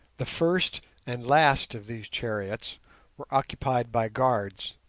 the first and last of these chariots were occupied by guards,